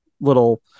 little